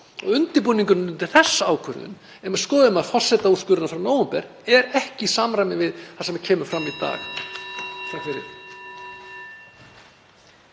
og undirbúningurinn undir þessa ákvörðun, ef maður skoðar forsetaúrskurðina frá nóvember, er ekki í samræmi við það sem kemur fram í dag.